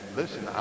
listen